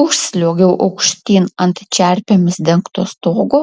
užsliuogiau aukštyn ant čerpėmis dengto stogo